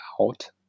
out